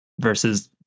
versus